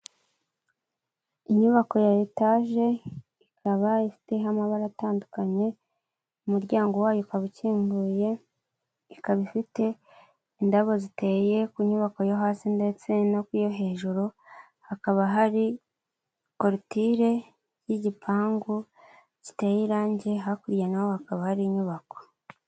Inyubako ya etaje ikaba ifiteho amabara atandukanye umuryango wayo ukaba ukinguye, ikaba ifite indabo ziteye ku nyubako yo hasi ndetse no ku yo hejuru, hakaba hari korutire y'igipangu giteye irange hakurya naho hakaba hari inyubako.